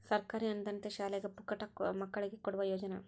ಸರ್ಕಾರಿ ಅನುದಾನಿತ ಶಾಲ್ಯಾಗ ಪುಕ್ಕಟ ಮಕ್ಕಳಿಗೆ ಕೊಡುವ ಯೋಜನಾ